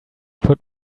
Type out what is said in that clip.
put